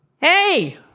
Hey